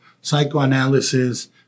psychoanalysis